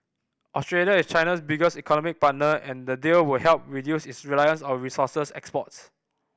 Australia is China's biggest economic partner and the deal would help reduce its reliance on resource exports